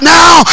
now